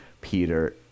peter